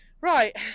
Right